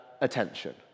attention